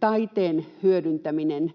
taiteen hyödyntäminen